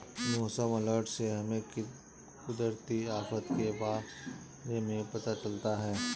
मौसम अलर्ट से हमें कुदरती आफत के बारे में पता चलता है